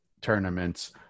tournaments